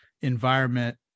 environment